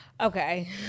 okay